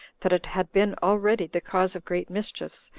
that it had been already the cause of great mischiefs,